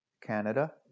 Canada